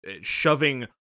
shoving